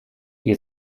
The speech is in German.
ihr